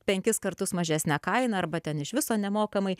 penkis kartus mažesne kaina arba ten iš viso nemokamai